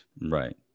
Right